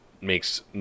makes